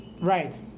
Right